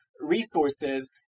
resources